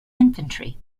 infantry